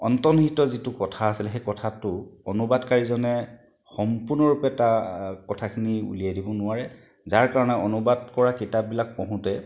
অন্তৰ্নিহিত যি কথা আছিলে সেই কথাটো অনুবাদকাৰীজনে সম্পূৰ্ণৰূপে এটা কথাখিনি উলিয়াই দিব নোৱাৰে যাৰ কাৰণে অনুবাদ কৰা কিতাপবিলাক পঢ়োঁতে